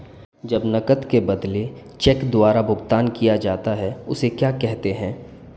जब नकद के बदले चेक द्वारा भुगतान किया जाता हैं उसे क्या कहते है?